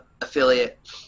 affiliate